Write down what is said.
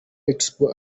expo